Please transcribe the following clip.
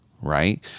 right